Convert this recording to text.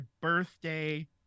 birthday